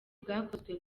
bwakozwe